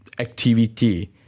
activity